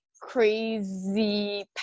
crazy